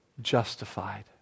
justified